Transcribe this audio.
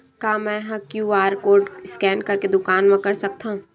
का मैं ह क्यू.आर कोड स्कैन करके दुकान मा कर सकथव?